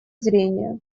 зрения